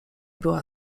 była